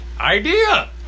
idea